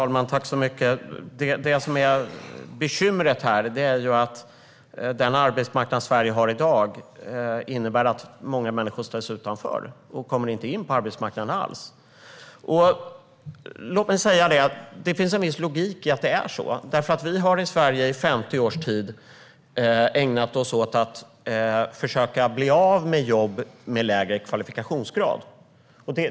Herr talman! Det som är bekymret är att den arbetsmarknad Sverige har i dag innebär att många människor ställs utanför och inte kommer in på arbetsmarknaden alls. Det finns en viss logik i att det är så. Vi har i Sverige under 50 års tid ägnat oss åt att försöka bli av med jobb med lägre kvalifikationsgrad.